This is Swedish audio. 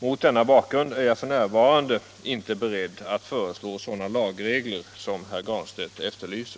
Mot denna bakgrund är jag f.n. inte beredd att föreslå sådana lagregler som herr Granstedt efterlyser.